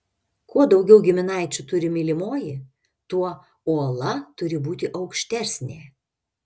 kuo daugiau giminaičių turi mylimoji tuo uola turi būti aukštesnė